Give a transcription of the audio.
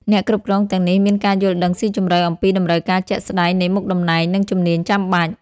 អ្នកគ្រប់គ្រងទាំងនេះមានការយល់ដឹងស៊ីជម្រៅអំពីតម្រូវការជាក់ស្តែងនៃមុខតំណែង និងជំនាញចាំបាច់។